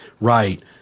Right